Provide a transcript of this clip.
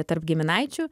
tarp giminaičių